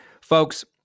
Folks